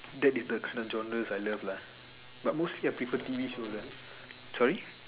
that is the genres I love lah but mostly I prefer T_V shows ah sorry